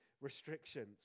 restrictions